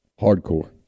Hardcore